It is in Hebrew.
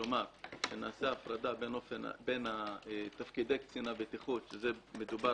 כלומר שנעשה הפרדה בין תפקידי קצין הבטיחות מדובר